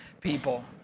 people